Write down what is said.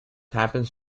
happens